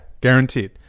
Guaranteed